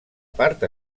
part